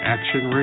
Action